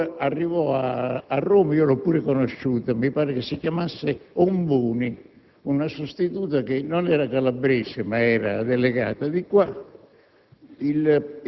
Arrivò a Roma - l'ho anche conosciuta, mi pare che si chiamasse Omoboni - una sostituta che non era calabrese, ma era delegata per